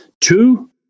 Two